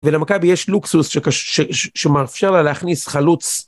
ולמכבי יש לוקסוס שמאפשר לה להכניס חלוץ.